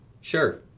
Sure